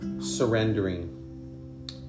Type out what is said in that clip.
surrendering